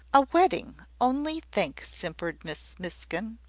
a wedding! only think! simpered miss miskin.